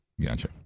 Gotcha